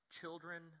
children